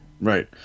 Right